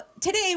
today